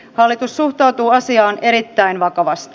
hallitus suhtautuu asiaan erittäin vakavasti